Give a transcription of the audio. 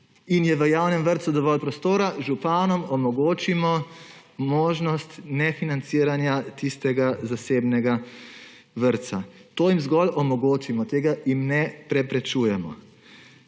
in je v javnem vrtcu dovolj prostora, županom omogočimo možnost nefinanciranja tistega zasebnega vrtca. To jim zgolj omogočimo, tega jim ne preprečujemo.